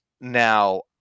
Now